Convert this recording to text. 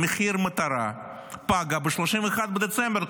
מחיר מטרה פגה ב-31 בדצמבר,